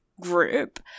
group